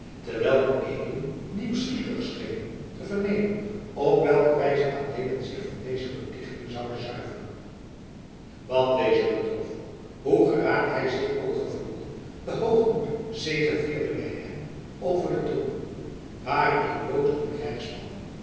terwijl de edelen nieuwsgierig schenen te vernemen op welke wijze adeelen zich van deze betichting zoude zuiveren wat dezen betrof hoe geraakt hij zich ook gevoelde de hoogmoed zegevierde bij hem over den toorn ware ik bloot een krijgsman